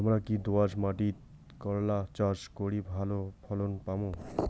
হামরা কি দোয়াস মাতিট করলা চাষ করি ভালো ফলন পামু?